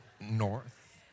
north